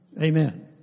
Amen